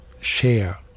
share